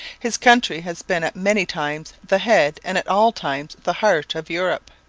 his country has been at many times the head and at all times the heart of europe.